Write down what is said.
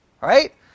Right